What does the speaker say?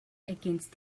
against